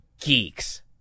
geeks